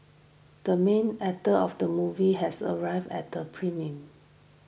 the main actor of the movie has arrived at the premiere